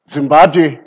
Zimbabwe